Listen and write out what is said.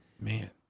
Man